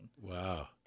Wow